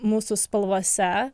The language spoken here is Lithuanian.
mūsų spalvose